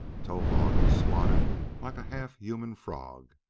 towahg was squatted like a half-human frog,